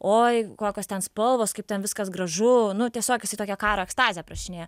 oi kokios ten spalvos kaip ten viskas gražu nu tiesiog jisai tokią karo ekstazę aprašinėja